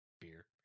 beer